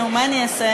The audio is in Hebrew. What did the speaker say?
נו, מה אני אעשה?